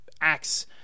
acts